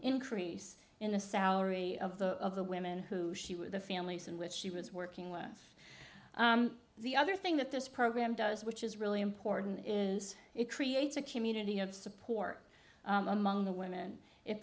increase in the salary of the of the women who she with the families and which she was working with the other thing that this program does which is really important is it creates a community of support among the women it